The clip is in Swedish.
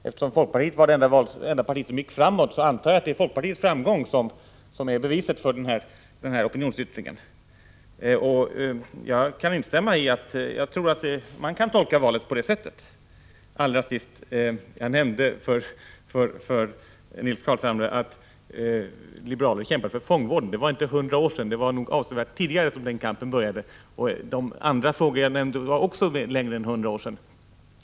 Eftersom folkpartiet var det enda parti som gick framåt, antar jag att det är denna framgång som statsrådet uppfattar som en sådan opinionsyttring. Jag tror också att man kan tolka valresultatet på det sättet. Allra sist: Jag nämnde för Nils Carlshamre att liberalerna kämpade för fångvården, men det var inte för hundra år sedan, utan det var nog avsevärt tidigare som den kampen började. Också de andra frågor jag nämnde låg längre tillbaka än hundra år.